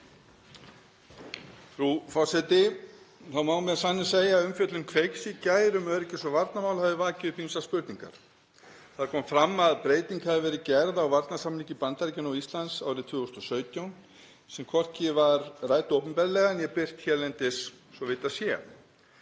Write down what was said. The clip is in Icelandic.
Frú forseti. Það má með sanni segja að umfjöllun Kveiks í gær um öryggis- og varnarmál hafi vakið upp ýmsar spurningar. Það kom fram að breyting hafi verið gerð á varnarsamningi Bandaríkjanna og Íslands árið 2017 sem hvorki var rædd opinberlega né birt hérlendis svo vitað sé.